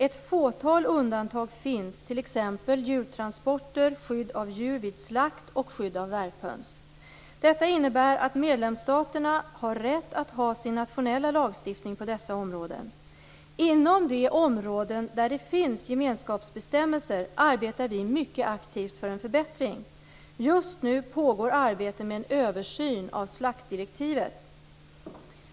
Ett fåtal undantag finns, t.ex. djurtransporter, skydd av djur vid slakt och skydd av värphöns. Detta innebär att medlemsstaterna har rätt att ha sin nationella lagstiftning på dessa områden. Inom de områden där det finns gemenskapsbestämmelser arbetar vi mycket aktivt för en förbättring. Just nu pågår arbete med en översyn av slaktdirektivet.